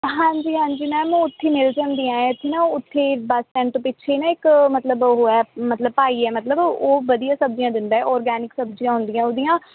ਹਾਂਜੀ ਹਾਂਜੀ ਮੈਮ ਉੱਥੇ ਮਿਲ ਜਾਂਦੀਆਂ ਇੱਥੇ ਨਾ ਉੱਥੇ ਬੱਸ ਸਟੈਂਡ ਤੋਂ ਪਿੱਛੇ ਨਾ ਇੱਕ ਮਤਲਬ ਉਹ ਹੈ ਮਤਲਬ ਭਾਈ ਹੈ ਮਤਲਬ ਉਹ ਵਧੀਆ ਸਬਜ਼ੀਆਂ ਦਿੰਦਾ ਔਰਗੈਨਿਕ ਸਬਜ਼ੀਆਂ ਹੁੰਦੀਆਂ ਉਹਦੀਆਂ